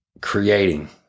creating